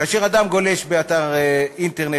כאשר אדם גולש באתר אינטרנט,